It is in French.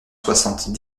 soixante